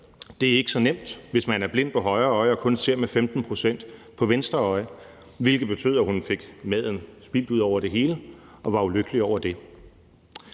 Det er ikke så nemt, hvis man er blind på højre øje og kun har 15 pct. af synet tilbage på venstre øje, hvilket betød, at hun fik spildt maden ud over det hele og var ulykkelig over det.